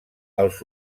els